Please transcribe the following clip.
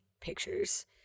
pictures